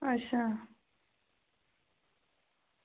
अच्छा